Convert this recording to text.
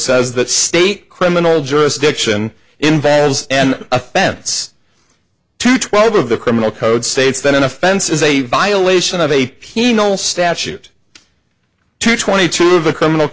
says that state criminal jurisdiction involves an offense to twelve of the criminal code states that an offense is a violation of a penal statute two twenty two of the criminal